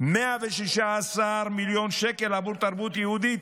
116 בעבור תרבות יהודית,